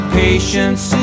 patience